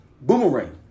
Boomerang